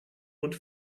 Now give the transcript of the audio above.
und